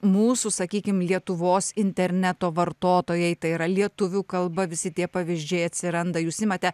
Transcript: mūsų sakykim lietuvos interneto vartotojai tai yra lietuvių kalba visi tie pavyzdžiai atsiranda jūs imate